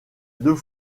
deux